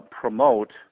promote